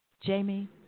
Jamie